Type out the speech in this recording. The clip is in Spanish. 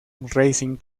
racing